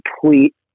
complete